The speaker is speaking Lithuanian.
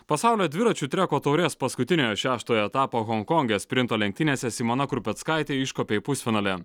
pasaulio dviračių treko taurės paskutiniojo šeštojo etapo honkonge sprinto lenktynėse simona krupeckaitė iškopė į pusfinalį